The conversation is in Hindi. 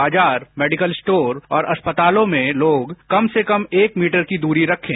बाजार मेडिकल स्टोर और अस्पतालों में लोग कम से कम एक मीटर की दूरी रखें